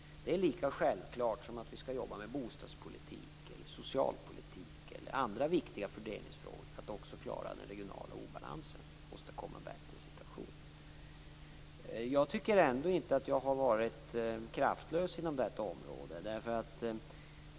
Lika självklart som att vi skall arbeta med bostadspolitik, socialpolitik eller andra viktiga fördelningsfrågor är det att vi måste klara den regionala obalansen och åstadkomma en bättre situation. Jag tycker ändå inte att jag har varit kraftlös på detta område.